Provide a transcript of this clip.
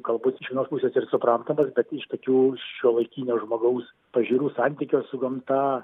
galbūt iš vienos pusės ir suprantamas bet iš tokių šiuolaikinio žmogaus pažiūrų santykio su gamta